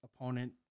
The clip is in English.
opponent